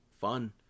fun